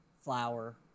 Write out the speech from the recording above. flour